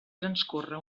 transcorre